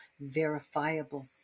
verifiable